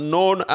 Known